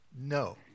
No